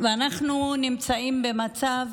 ואנחנו נמצאים במצב